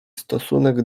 stosunek